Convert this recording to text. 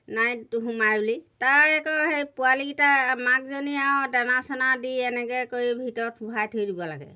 নাৰিত সোমায় বুলি তাই আকৌ সেই পোৱালিকেইটা মাকজনী আৰু দানা চেনা দি এনেকৈ কৰি ভিতৰত ভৰাই থৈ দিব লাগে